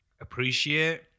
Appreciate